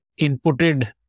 inputted